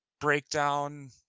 breakdown